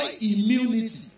immunity